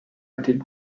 did